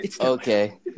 Okay